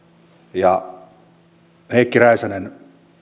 heikki räisänen